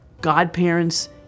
godparents